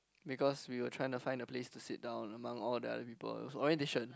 because we were trying to find a place to sit down among all the other people it was orientation